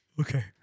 Okay